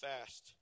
fast